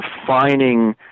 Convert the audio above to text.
defining